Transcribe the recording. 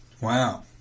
Wow